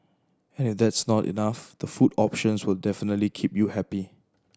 and if that's not enough the food options will definitely keep you happy